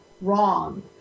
wrong